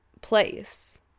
place